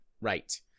right